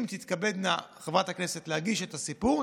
אם תתכבד חברת הכנסת להגיש את הסיפור,